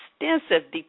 extensive